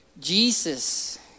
Jesus